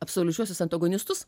absoliučiuosius antagonistus